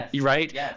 right